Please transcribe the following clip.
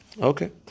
Okay